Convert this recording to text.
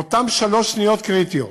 באותן שלוש שניות קריטיות